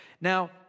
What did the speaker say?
Now